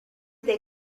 they